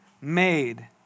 made